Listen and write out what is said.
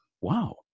wow